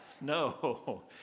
No